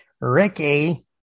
Ricky